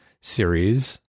series